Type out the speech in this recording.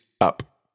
up